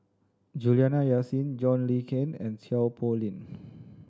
Juliana Yasin John Le Cain and Seow Poh Leng